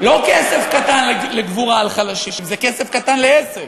לא כסף קטן לגבורה על חלשים, זה כסף קטן לעסק.